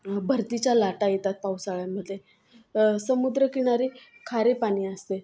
भरतीच्या लाटा येतात पावसाळ्यामध्ये समुद्र किनारी खारे पाणी असते